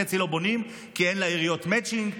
חצי לא בונים כי אין לעיריות מצ'ינג,